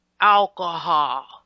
alcohol